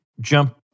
jump